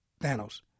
Thanos